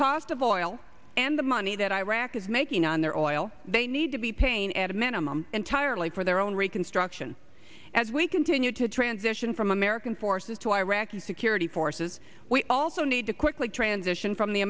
cost of oil and the money that iraq is making on their own oil they need to be paying at a minimum entirely for their own reconstruction as we continue to transition from american forces to iraqi security forces we also need to quickly transition from the